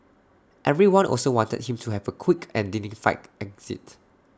everyone also wanted him to have A quick and dignified exit